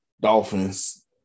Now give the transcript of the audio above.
Dolphins